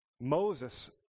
Moses